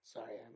Sorry